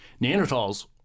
Neanderthals